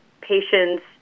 patients